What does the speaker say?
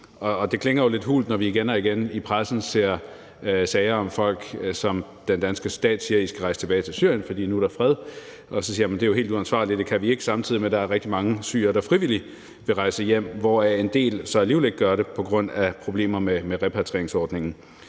Og det klinger jo lidt hult, når vi igen og igen i pressen ser sager om folk, som den danske stat siger skal rejse tilbage til Syrien, fordi der nu er fred, men som siger, at det jo er helt uansvarligt, og at det kan de ikke, samtidig med at der er rigtig mange syrere, der frivilligt vil rejse hjem, hvoraf en del så alligevel ikke gør det på grund af problemer med repatrieringsordningen.